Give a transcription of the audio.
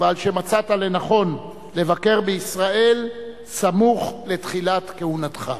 ועל שמצאת לנכון לבקר בישראל סמוך לתחילת כהונתך.